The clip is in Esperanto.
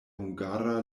hungara